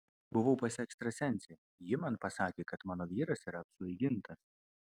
buvau pas ekstrasensę ji man pasakė kad mano vyras yra apsvaigintas